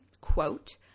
quote